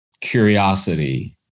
curiosity